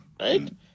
Right